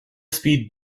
speed